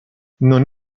non